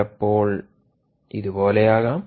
ചിലപ്പോൾ ഇതുപോലെയാകാം